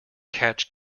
catch